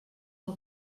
del